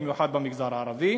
במיוחד במגזר הערבי.